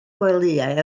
gwelyau